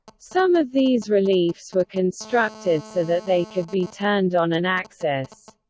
some of these reliefs were constructed so that they could be turned on an axis.